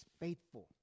faithful